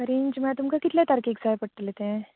range ना तुमकां कितल्या तारखेक जाय पडतलें तें